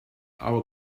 our